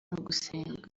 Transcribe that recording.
gusenga